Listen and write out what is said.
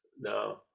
No